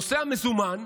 נושא המזומן,